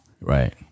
Right